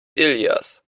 ilias